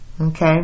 Okay